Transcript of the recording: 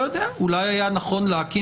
לא יודע, אולי היה נכון להקים